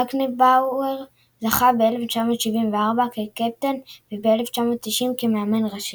בקנבאואר זכה ב-1974 כקפטן וב-1990 כמאמן ראשי.